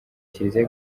kiliziya